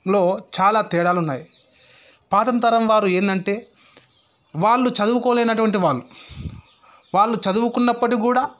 లో చాలా తేడాలున్నాయి పాత తరం వారు ఏందంటే వాళ్లు చదువుకోలేనటువంటి వాళ్ళు చదువుకున్నప్పటికి కూడా